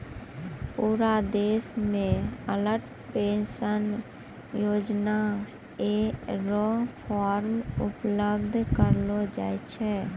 पूरा देश मे अटल पेंशन योजना र फॉर्म उपलब्ध करयलो जाय छै